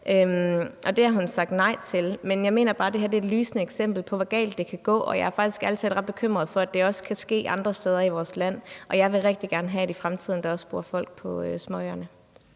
det har hun sagt nej til. Men jeg mener bare, at det her er et lysende eksempel på, hvor galt det kan gå, og jeg er faktisk ærlig talt ret bekymret for, at det også kan ske andre steder i vores land, og jeg vil også rigtig gerne have, at der også i fremtiden bor folk på småøerne.